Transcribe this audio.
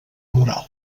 moral